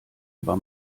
über